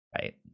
right